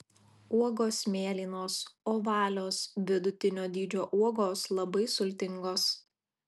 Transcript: uogos mėlynos ovalios vidutinio dydžio uogos labai sultingos